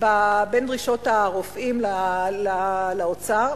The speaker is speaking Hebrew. בין דרישות הרופאים לאוצר?